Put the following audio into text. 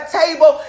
table